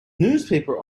newspaper